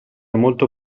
molto